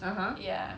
(uh huh)